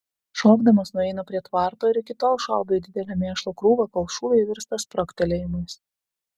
šokdamas nueina prie tvarto ir tol šaudo į didelę mėšlo krūvą kol šūviai virsta spragtelėjimais